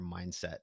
mindset